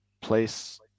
place